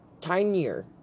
tinier